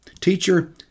Teacher